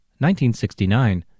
1969